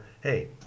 hey